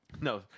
No